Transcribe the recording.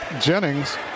Jennings